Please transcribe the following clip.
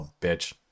bitch